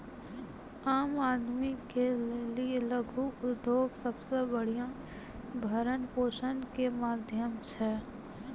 आम आदमी के लेली लघु उद्योग सबसे बढ़िया भरण पोषण के माध्यम छै